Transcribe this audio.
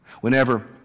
Whenever